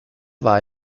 war